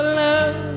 love